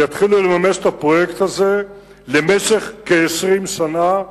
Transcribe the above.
יתחילו לממש את הפרויקט הזה למשך כ-20 שנה,